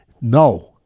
no